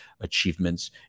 achievements